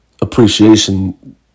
appreciation